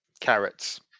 carrots